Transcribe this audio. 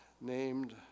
named